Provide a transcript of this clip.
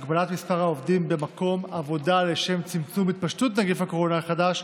הגבלת מספר העובדים במקום עבודה לשם צמצום התפשטות נגיף הקורונה החדש),